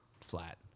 flat